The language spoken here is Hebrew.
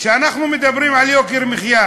כשאנחנו מדברים על יוקר מחיה,